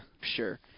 sure